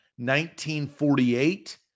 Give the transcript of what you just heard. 1948